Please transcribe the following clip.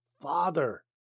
Father